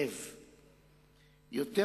לב,